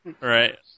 Right